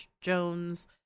Jones